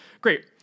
Great